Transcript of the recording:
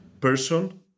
person